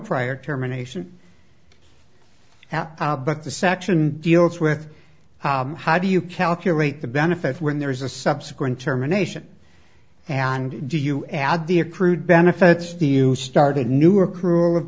prior terminations how but the section deals with how do you calculate the benefits when there is a subsequent terminations and do you add the accrued benefits do you start a new or crew of